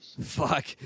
Fuck